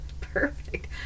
perfect